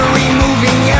removing